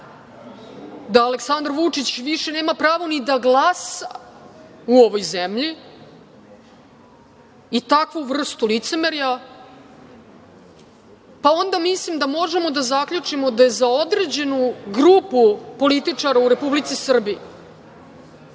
da Aleksandar Vučić više nema pravo ni da glasa u ovoj zemlji i takvu vrstu licemerja, onda mislim da možemo da zaključimo da je za određenu grupu političara u Republici Srbiji,